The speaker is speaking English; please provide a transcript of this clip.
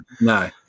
no